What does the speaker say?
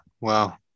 wow